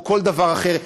או כל דבר אחר,